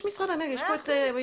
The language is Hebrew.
משרד האנרגיה נמצא כאן.